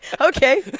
okay